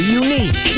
unique